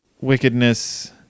wickedness